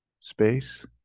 space